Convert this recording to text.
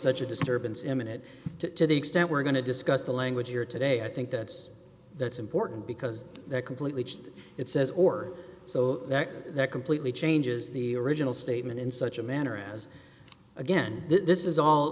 such a disturbance imminent to the extent we're going to discuss the language here today i think that's that's important because that completely it says or so that that completely changes the original statement in such a manner as again this is all